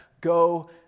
go